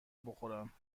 بخورم